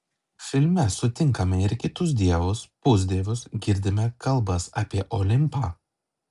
filme sutinkame ir kitus dievus pusdievius girdime kalbas apie olimpą